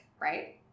right